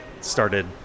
started